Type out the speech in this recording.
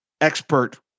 expert